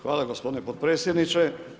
Hvala gospodin potpredsjedniče.